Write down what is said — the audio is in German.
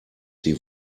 sie